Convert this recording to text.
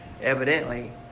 evidently